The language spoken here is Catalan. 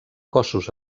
cossos